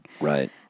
Right